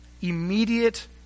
immediate